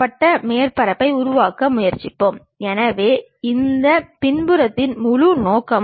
உதாரணமாக ஒரு பொருளின் குறியீடுகள் abcd என்று இருந்தால் அது மேல் பக்க தோற்றத்தைக் குறிக்கிறது